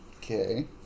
Okay